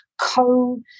co